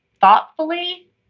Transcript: thoughtfully